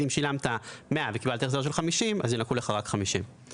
אז אם שילמת 100 ₪ וקיבלת החזר של 50 ₪ ינכו לך רק 50 ₪.